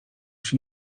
się